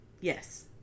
Yes